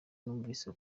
numvise